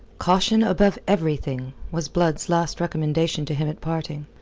caution above everything, was blood's last recommendation to him at parting.